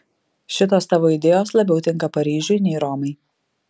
šitos tavo idėjos labiau tinka paryžiui nei romai